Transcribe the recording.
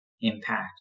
impact